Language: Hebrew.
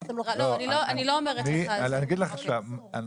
אני לא אומר שלא בכלל.